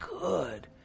good